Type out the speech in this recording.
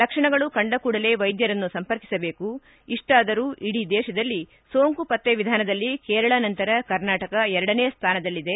ಲಕ್ಷಣಗಳು ಕಂಡ ಕೂಡಲೇ ವೈದ್ಯರನ್ನು ಸಂಪರ್ಕಿಸಬೇಕು ಇಷ್ಟಾದರೂ ಇಡೀ ದೇಶದಲ್ಲಿ ಸೋಂಕು ಪತ್ತೆ ವಿಧಾನದಲ್ಲಿ ಕೇರಳ ನಂತರ ಕರ್ನಾಟಕ ಎರಡನೇ ಸ್ಥಾನದಲ್ಲಿದೆ